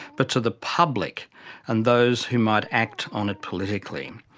but to the public and those who might act on it politically.